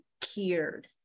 cured